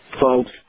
folks